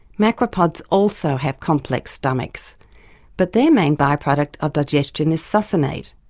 macropods also have complex stomachs but their main by-product of digestion is succinate.